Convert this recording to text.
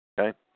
Okay